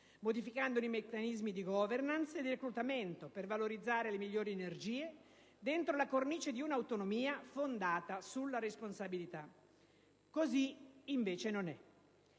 modificandone i meccanismi di *governance* e di reclutamento per valorizzare le migliori energie dentro la cornice di una autonomia fondata sulla responsabilità. Così invece non è.